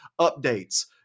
updates